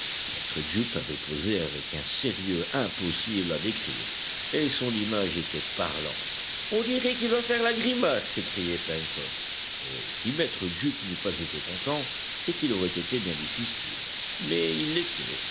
maître jup avait posé avec un sérieux impossible à décrire et son image était parlante on dirait qu'il va faire la grimace s'écriait pencroff et si maître jup n'eût pas été content c'est qu'il aurait été bien difficile mais il l'était